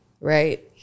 right